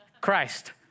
Christ